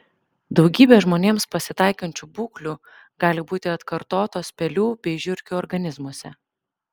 daugybė žmonėms pasitaikančių būklių gali būti atkartotos pelių bei žiurkių organizmuose